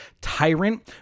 tyrant